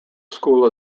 school